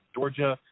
Georgia